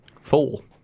Fool